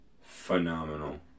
Phenomenal